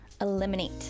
eliminate